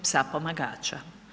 psa pomagača.